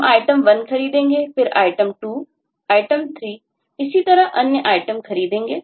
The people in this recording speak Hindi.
हम Item1 खरीदेंगे फिर हम Item2 Item3 इसी तरह अन्य Item खरीदेंगे